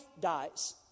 dies